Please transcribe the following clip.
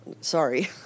Sorry